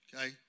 Okay